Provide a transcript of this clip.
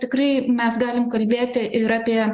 tikrai mes galim kalbėti ir apie